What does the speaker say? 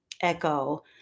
echo